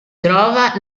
trova